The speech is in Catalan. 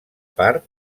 part